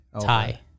Tie